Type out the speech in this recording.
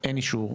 אין אישור,